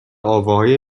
آواهای